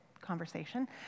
conversation